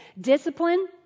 Discipline